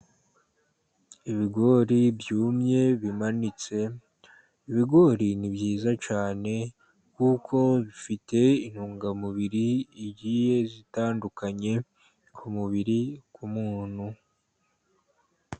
Ibigori byumye bimanitse. Ibigori ni byiza cyane kuko bifite intungamubiri zigiye zitandukanye, ku mubiri w'umuntu.